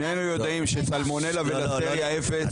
שנינו יודעים שסלמונלה ובקטריה 0. לא,